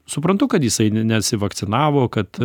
suprantu kad jisai ne nesivakcinavo kad